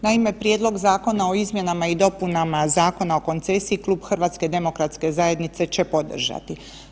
Naime, prijedlog zakona o izmjenama i dopunama Zakona o koncesiji Klub HDZ-a će podržati.